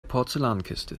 porzellankiste